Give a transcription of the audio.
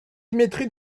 symétrie